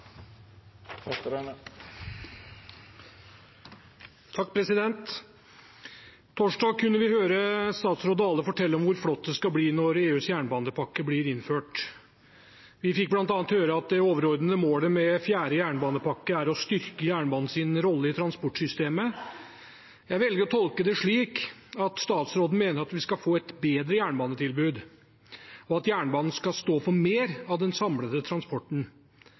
Torsdag kunne vi høre statsråd Dale fortelle om hvor flott det skal bli når EUs jernbanepakke blir innført. Vi fikk bl.a. høre at det overordnede målet med fjerde jernbanepakke er å styrke jernbanens rolle i transportsystemet. Jeg velger å tolke det slik at statsråden mener at vi skal få et bedre jernbanetilbud, og at jernbanen skal stå for mer av den samlede transporten.